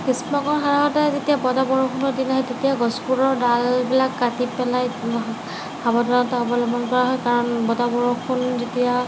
গ্ৰীষ্মকাল আহোঁতে যেতিয়া বতাহ বৰষুণ দিলে হয় তেতিয়া গছবোৰৰ ডালবিলাক কাটি পেলাই সাৱধানতা অৱলম্বন কৰা হয় কাৰণ বতাহ বৰষুণ যেতিয়া